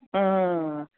हां